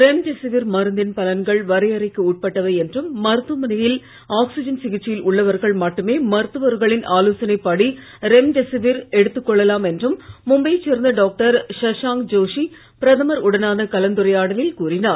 remdesivir மருந்தின் பலன்கள் வரையறைக்கு உட்பட்டவை என்றும் மருத்துவமனையில் ஆக்ஸிஜன் சிகிச்சையில் உள்ளவர்கள் மட்டுமே மருத்துவர்களின் ரெம்டெசிவிர் எடுத்துக்கொள்ளலாம் என்றும் மும்பையைச் சேர்ந்த டாக்டர் ஷஷாங்க் ஜோஷி பிரதமர் உடனான கலந்துரையாடலில் கூறினார்